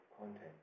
content